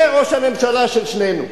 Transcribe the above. אומר ראש הממשלה של שנינו.